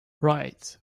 right